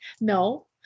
No